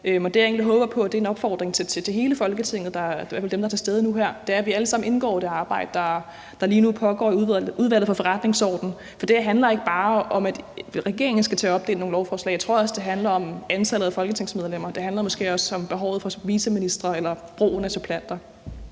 Og det, jeg egentlig håber på, er en opfordring til hele Folketinget, i hvert fald dem, der er til stede nu her. Det er, at vi alle sammen indgår i det arbejde, der lige nu pågår i Udvalget for Forretningsordenen. For det her handler ikke bare om, at regeringen skal til at opdele nogle lovforslag. Jeg tror også, det handler om antallet af folketingsmedlemmer. Det handler måske også om behovet for viceministre eller brugen af suppleanter.